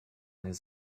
his